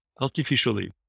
artificially